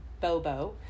bobo